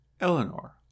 Eleanor